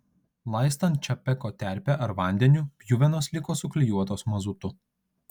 laistant čapeko terpe ar vandeniu pjuvenos liko suklijuotos mazutu